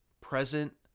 present